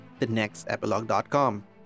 thenextepilogue.com